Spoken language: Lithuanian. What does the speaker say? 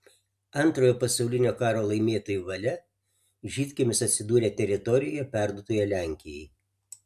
antrojo pasaulinio karo laimėtojų valia žydkiemis atsidūrė teritorijoje perduotoje lenkijai